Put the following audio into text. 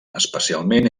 especialment